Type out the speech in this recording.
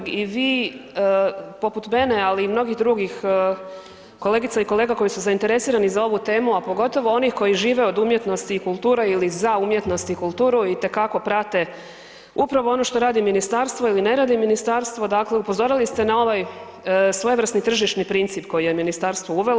Vidim da i vi poput mene, ali mnogih drugih kolegica i kolega koji su zainteresiranih za ovu temu, a pogotovo onih koji žive od umjetnosti i kulture ili za umjetnost i kulturu itekako prate upravo ono što radi ministarstvo ili ne radi ministarstvo, dakle upozorili ste na ovaj svojevrsni tržišni princip koji je ministarstvo uvelo.